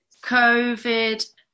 Covid